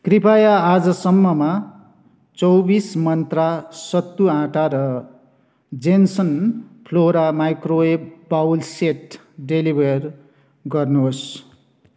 कृपया आजसम्ममा चौबिस मन्त्रा सत्तु आँटा र Jensen Flora microwave bowl set deliver गर्नुहोस्